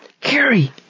Carrie